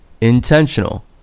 intentional